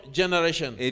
generation